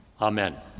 Amen